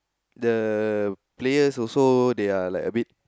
the players also they are like a bit